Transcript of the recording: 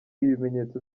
ibimenyetso